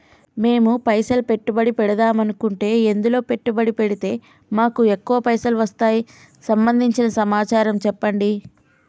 మేము పైసలు పెట్టుబడి పెడదాం అనుకుంటే ఎందులో పెట్టుబడి పెడితే మాకు ఎక్కువ పైసలు వస్తాయి సంబంధించిన సమాచారం చెప్పండి?